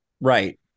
Right